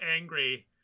angry